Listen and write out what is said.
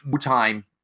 time